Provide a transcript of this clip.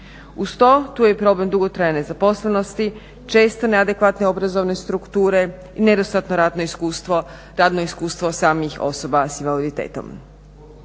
Uz to tu je problem dugotrajne nezaposlenosti, često neadekvatne obrazovne strukture i nedostatno radno iskustvo samih osoba s invaliditetom.